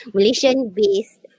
Malaysian-based